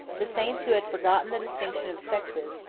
the saints who had forgotten the distinction of sexes,